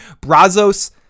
Brazos